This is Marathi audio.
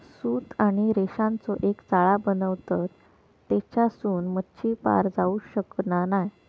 सूत आणि रेशांचो एक जाळा बनवतत तेच्यासून मच्छी पार जाऊ शकना नाय